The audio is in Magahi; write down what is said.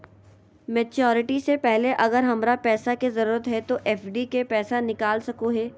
मैच्यूरिटी से पहले अगर हमरा पैसा के जरूरत है तो एफडी के पैसा निकल सको है?